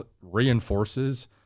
reinforces